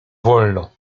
wolno